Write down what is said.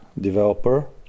developer